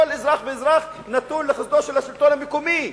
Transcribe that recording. כל אזרח ואזרח נתון לחסדו של השלטון המקומי,